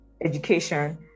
education